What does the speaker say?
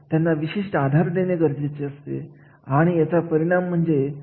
तर म्हणून अशा घटनांमध्ये अशा मुद्द्यावर तुम्हाला असे आढळून येईल की वेतनामध्ये समानता असणे गरजेचे आहे